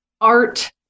art